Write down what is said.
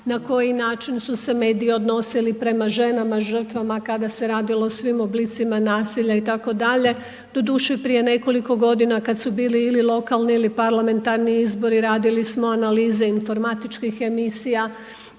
na koji način su se mediji odnosili prema ženama žrtvama kad se radilo o svim oblicima naselja itd. Doduše, prije nekoliko godina kad su bili ili lokalni ili parlamentarni izbori i radili smo analize informatičkih emisija